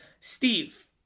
Steve